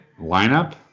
lineup